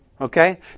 Okay